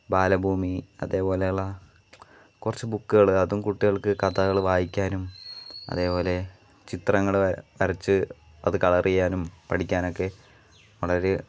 ബാലഭൂമി അതേപോലെയുള്ള കുറച്ച് ബുക്കുകൾ അതും കുട്ടികൾക്ക് കഥ കൾ വായിക്കാനും അതേപോലെ ചിത്രങ്ങൾ വര വരച്ച് അത് കളർ ചെയ്യാനും പഠിക്കാനൊക്കെ വളരേ